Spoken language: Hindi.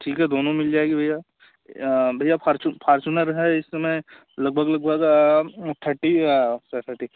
ठीक है दोनों मिल जाएगी भैया भैया फार्चू फार्चुनर है इस समय लगभग लगभग थर्टी स थर्टी